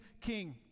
king